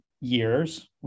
years